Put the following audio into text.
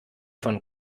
von